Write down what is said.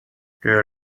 der